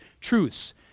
truths